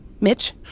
Mitch